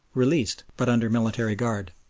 released, but under military guard.